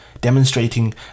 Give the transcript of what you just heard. demonstrating